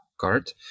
card